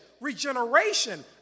regeneration